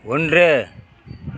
ஒன்று